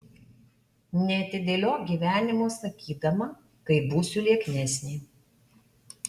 neatidėliok gyvenimo sakydama kai būsiu lieknesnė